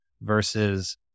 versus